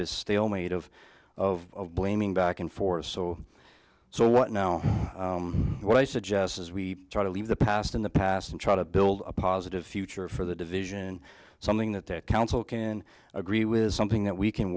this stalemate of of blaming back and forth so so what now what i suggest as we try to leave the past in the past and try to build a positive future for the division and something that the council can agree with something that we can